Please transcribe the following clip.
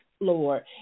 Lord